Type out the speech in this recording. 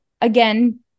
again